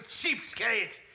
cheapskates